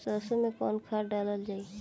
सरसो मैं कवन खाद डालल जाई?